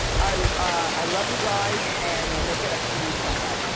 i love you guys and will make it up to you some way.